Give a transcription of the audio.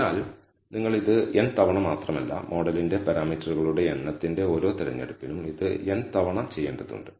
അതിനാൽ നിങ്ങൾ ഇത് n തവണ മാത്രമല്ല മോഡലിന്റെ പാരാമീറ്ററുകളുടെ എണ്ണത്തിന്റെ ഓരോ തിരഞ്ഞെടുപ്പിനും ഇത് n തവണ ചെയ്യേണ്ടതുണ്ട്